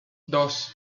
dos